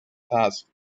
task